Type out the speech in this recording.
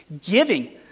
giving